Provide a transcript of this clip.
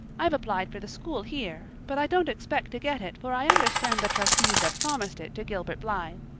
i've applied for the school here but i don't expect to get it for i understand the trustees have promised it to gilbert blythe.